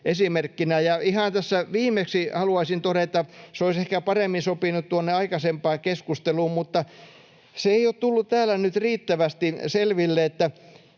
Ihan tässä viimeksi haluaisin todeta — se olisi ehkä paremmin sopinut tuonne aikaisempaan keskusteluun, mutta se ei ole tullut täällä nyt riittävästi selville